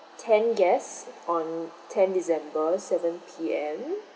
ten guest on ten december seven P_M